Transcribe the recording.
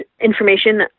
information